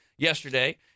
yesterday